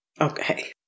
Okay